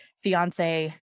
fiance